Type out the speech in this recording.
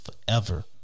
forever